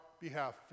behalf